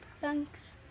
Thanks